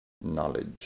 knowledge